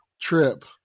trip